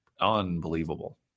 unbelievable